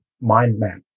mind-map